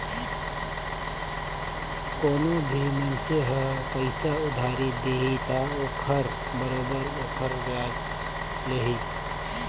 कोनो भी मइनसे ह पइसा उधारी दिही त ओखर बरोबर ओखर बियाज लेही